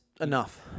enough